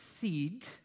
seed